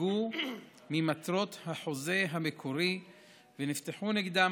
חרגו ממטרות החוזה המקורי ונפתחו נגדן